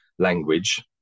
language